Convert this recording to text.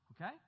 okay